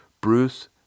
Bruce